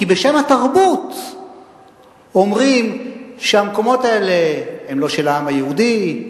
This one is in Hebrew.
כי בשם התרבות אומרים שהמקומות האלה הם לא של העם היהודי,